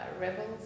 Rebels